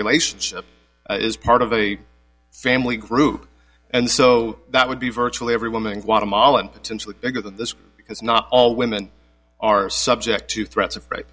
relationship as part of a family group and so that would be virtually every woman in guatemala potentially bigger than this because not all women are subject to threats of right